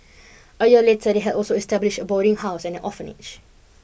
a year later they had also established a boarding house and an orphanage